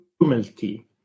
humility